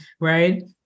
right